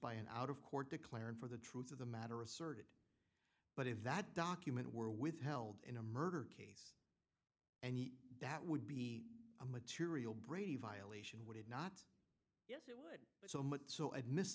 by an out of court declaring for the truth of the matter asserted but if that document were withheld in a murder case and that would be a material brady violation would it not but so much so admiss